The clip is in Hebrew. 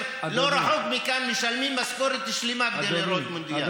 לא רחוק מכאן משלמים משכורת שלמה כדי לראות מונדיאל.